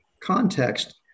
context